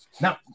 Now